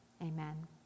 Amen